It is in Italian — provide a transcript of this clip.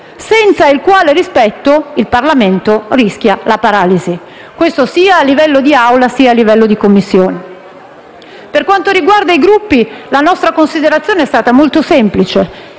senza il quale il Parlamento rischia la paralisi sia a livello di Assemblea sia a livello di Commissione. Per quanto riguarda i Gruppi, la nostra considerazione è stata molto semplice: